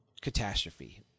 catastrophe